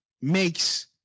makes